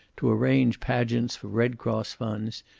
to arrange pageants for red cross funds,